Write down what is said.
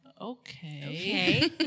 okay